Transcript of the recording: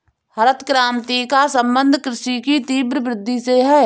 हरित क्रान्ति का सम्बन्ध कृषि की तीव्र वृद्धि से है